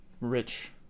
rich